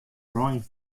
rein